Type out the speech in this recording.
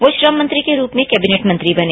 वे श्रम मंत्री के रूप में केविनेट मंत्री बने